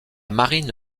marine